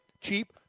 cheap